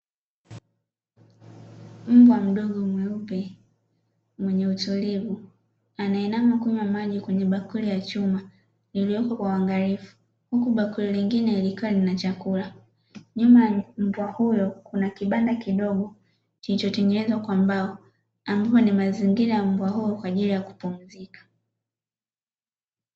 Mbwa mdogo mweupe mwenye utulivu, anainama kunywa maji kwenye bakuli ya chuma iliyowekwa kwa uangalifu, huku bakuli lingine likiwa na chakula. Nyuma ya mbwa huyo kuna kibanda kidogo kilichotengenezwa kwa mbao, ambapo ni mazingira ya mbwa huyo kwa ajili ya kupumzika.